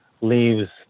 leaves